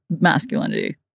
masculinity